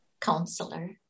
counselor